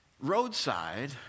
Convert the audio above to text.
Roadside